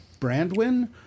Brandwin